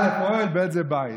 אל"ף, אוהל, בי"ת זה בית.